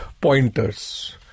pointers